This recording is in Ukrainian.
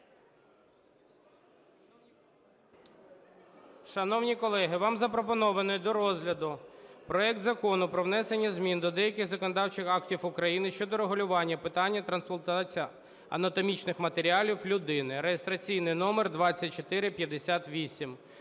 Шановні колеги, вам запропоновано до розгляду проект Закону про внесення змін до деяких законодавчих актів України, щодо регулювання питання трансплантації анатомічних матеріалів людині (реєстраційний номер 2458).